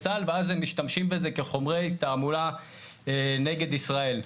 צה"ל ואז הם משתמשים בזה כחומר תעמולה נגד ישראל.